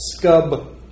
Scub